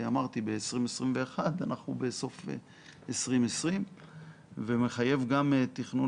אמרתי ב-2021 ואנחנו בסוף 2020. זה מחייב גם תכנון